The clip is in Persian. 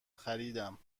خریدم